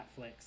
Netflix